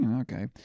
okay